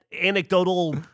anecdotal